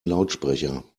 lautsprecher